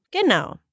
Genau